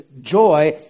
joy